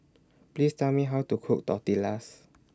Please Tell Me How to Cook Tortillas